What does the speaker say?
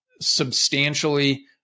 substantially